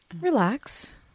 relax